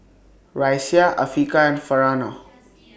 Raisya Afiqah and Farhanah